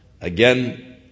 Again